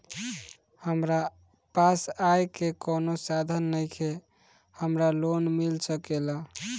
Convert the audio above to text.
हमरा पास आय के कवनो साधन नईखे हमरा लोन मिल सकेला?